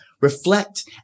reflect